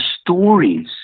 stories